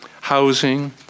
Housing